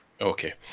Okay